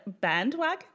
bandwagon